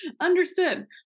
understood